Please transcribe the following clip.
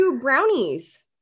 brownies